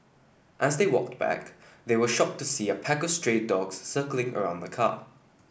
as they walked back they were shocked to see a pack of stray dogs circling around the car